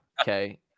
okay